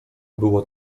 było